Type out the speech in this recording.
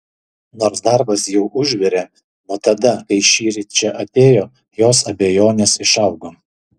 nors darbas jau užvirė nuo tada kai šįryt čia atėjo jos abejonės išaugo